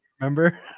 remember